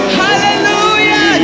hallelujah